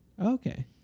Okay